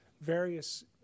various